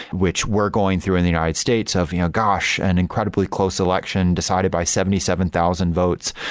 which we're going through in the united states of, you know gosh! an incredibly close election decided by seventy seven thousand votes.